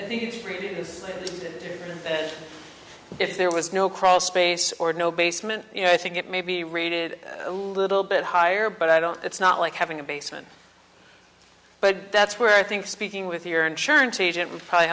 is if there was no cross space or no basement you know i think it may be rated a little bit higher but i don't it's not like having a basement but that's where i think speaking with your insurance agent would probably